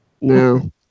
No